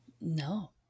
No